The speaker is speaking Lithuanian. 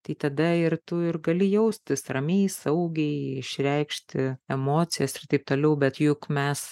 tai tada ir tu ir gali jaustis ramiai saugiai išreikšti emocijas ir taip toliau bet juk mes